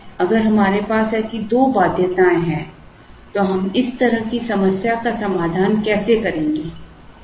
अब अगर हमारे पास ऐसी दो बाध्यताएं हैं तो हम इस तरह की समस्या का समाधान कैसे करेंगे